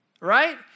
right